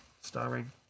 starring